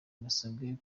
basabwe